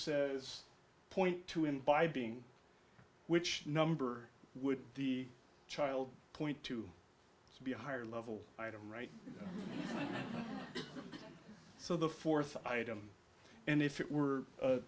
this point to him by being which number would the child point to be a higher level item right so the fourth item and if it were